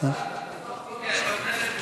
יש הצעה לפתוח,